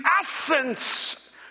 essence